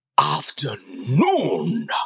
afternoon